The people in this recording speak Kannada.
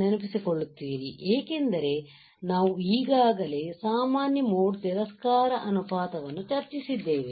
ನೆನಪಿಸಿಕೊಳ್ಳುತ್ತೀರಿ ಏಕೆಂದರೆ ನಾವು ಈಗಾಗಲೇ ಸಾಮಾನ್ಯ ಮೋಡ್ ತಿರಸ್ಕಾರ ಅನುಪಾತವನ್ನು ಚರ್ಚಿಸಿದ್ದೇವೆ